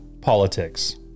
politics